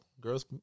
girls